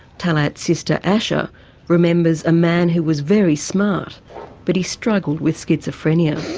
talet's sister asha remembers a man who was very smart but he struggled with schizophrenia.